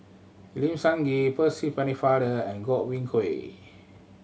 Lim Sun Gee Percy Pennefather and Godwin Koay